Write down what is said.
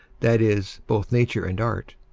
that is, both nature and art,